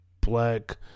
black